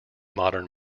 modern